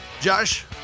Josh